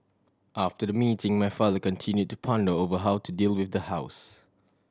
after the meeting my father continue to ponder over how to deal with the house